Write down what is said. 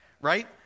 right